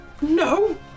No